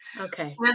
Okay